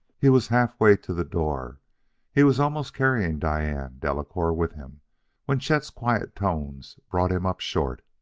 he was halfway to the door he was almost carrying diane delacouer with him when chet's quiet tones brought him up short.